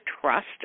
trust